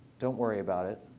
don't worry about it.